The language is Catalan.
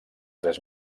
tres